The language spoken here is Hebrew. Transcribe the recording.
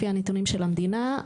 לפי הנתונים של המדינה,